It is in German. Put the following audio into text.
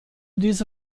diese